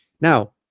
now